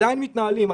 עדיין מתנהלים.